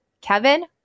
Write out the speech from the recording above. Kevin